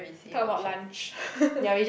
talk about lunch